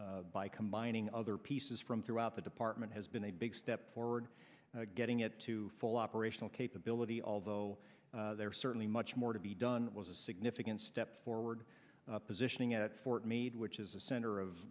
com by combining other pieces from throughout the department has been a big step forward getting it to full operational capability although they're certainly much more to be done was a significant step forward positioning at fort meade which is a center of